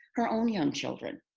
her own young children